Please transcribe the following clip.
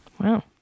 Wow